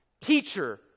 teacher